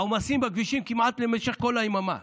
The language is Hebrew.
העומסים בכבישים הם כמעט במשך כל היממה.